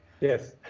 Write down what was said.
Yes